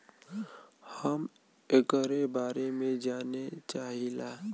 हम एकरे बारे मे जाने चाहीला?